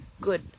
good